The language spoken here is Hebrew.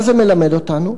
מה זה מלמד אותנו?